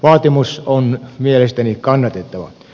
vaatimus on mielestäni kannatettava